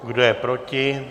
Kdo je proti?